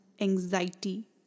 anxiety